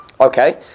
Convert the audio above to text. Okay